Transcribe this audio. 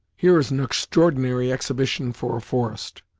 here is an extraordinary exhibition for a forest,